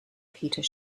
peter